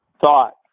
thought